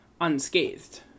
unscathed